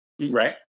Right